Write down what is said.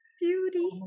Beauty